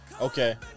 Okay